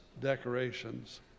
decorations